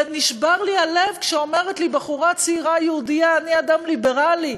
נשבר לי הלב כשאומרת לי בחורה צעירה יהודייה: אני אדם ליברלי,